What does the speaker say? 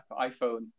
iPhone